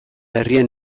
herrian